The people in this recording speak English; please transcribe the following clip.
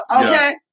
Okay